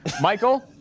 Michael